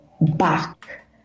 back